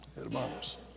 hermanos